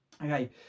Okay